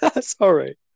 Sorry